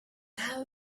how